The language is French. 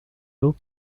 l’eau